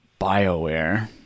bioware